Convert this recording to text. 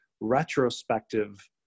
retrospective